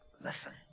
listen